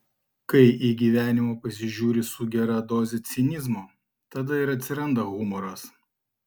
kai į gyvenimą pasižiūri su gera doze cinizmo tada ir atsiranda humoras